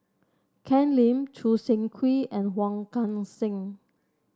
Ken Lim Choo Seng Quee and Wong Kan Seng